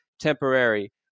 temporary